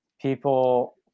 people